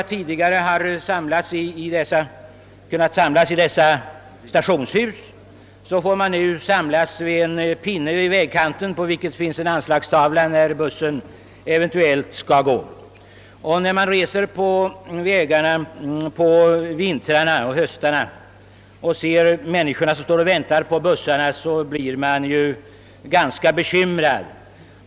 Tidigare har de kunnat vänta på tågen i stationshusen, men nu får de samlas vid en pinne vid vägkanten, på vilken finns en anslagstavla med uppgift om när bussen eventuellt skall gå. När man reser på vägarna under vintrar och höstar och ser människorna som står och väntar på bussarna blir man ganska bekymrad.